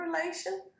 relation